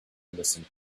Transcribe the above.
listened